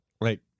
Right